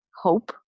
hope